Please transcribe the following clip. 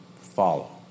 Follow